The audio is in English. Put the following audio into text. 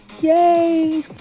yay